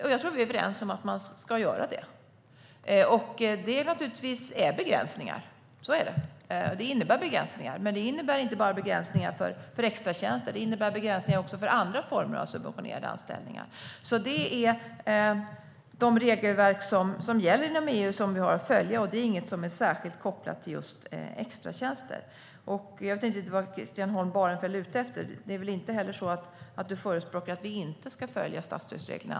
Jag tror att vi är överens om att det ska vara så. Det innebär naturligtvis begränsningar, men inte bara för extratjänster utan också för andra former av subventionerade anställningar. Det är de regelverk som gäller inom EU som vi har att följa. Det är inget som är särskilt kopplat till just extratjänster. Jag vet inte riktigt vad Christian Holm Barenfeld är ute efter. Det är väl inte så att han förespråkar att vi inte ska följa statsstödsreglerna?